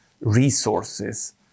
resources